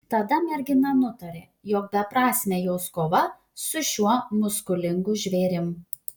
tada mergina nutarė jog beprasmė jos kova su šiuo muskulingu žvėrim